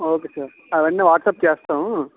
okay sir అవన్నీ WhatsApp చేస్తాము